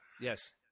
Yes